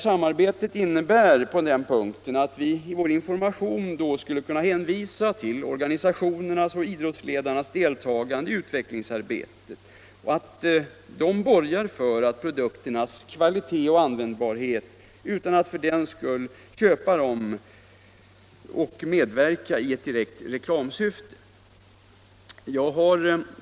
Samarbetet innebär på denna punkt att vi i vår information kan hänvisa till organisationernas och idrottsledarnas deltagande i utvecklingsarbetet och att de borgar för produkternas kvalitet och användbarhet, utan att vi för den skull ”köper” deras medverkan i direkt reklamsyfte.